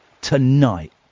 tonight